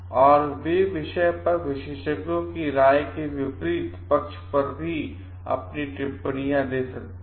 और वे विषय पर विशेषज्ञों की राय के विपरीत पक्ष पर भी टिप्पणी कर सकते हैं